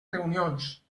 reunions